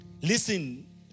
Listen